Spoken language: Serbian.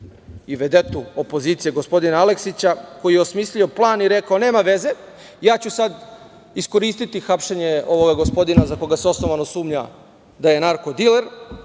i vedetu opozicije gospodina Aleksića, koji je osmislio plan i rekao – nema veze, ja ću sad iskoristiti hapšenje ovog gospodina za koga se osnovano sumnja da je narko-diler,